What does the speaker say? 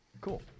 Cool